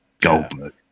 Goldberg